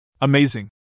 Amazing